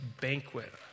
banquet